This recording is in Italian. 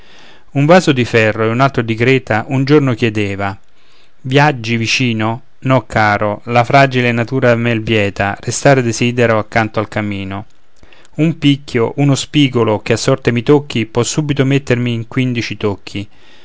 un vaso di ferro a un altro di creta un giorno chiedeva viaggi vicino no caro la fragile natura mel vieta restare desidero accanto al camino un picchio uno spigolo che a sorte mi tocchi può subito mettermi in quindici tocchi